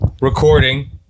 Recording